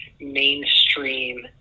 mainstream